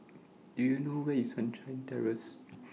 Do YOU know Where IS Sunshine Terrace